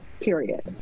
period